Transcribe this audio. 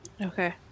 Okay